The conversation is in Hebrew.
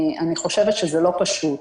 אני חושבת שזה לא פשוט.